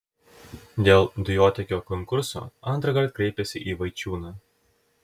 dėl dujotiekio konkurso antrąkart kreipėsi į vaičiūną